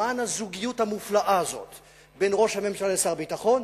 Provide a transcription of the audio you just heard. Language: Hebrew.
למען הזוגיות המופלאה הזאת בין ראש הממשלה לשר הביטחון,